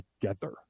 together